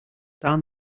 down